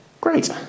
Great